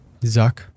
Zuck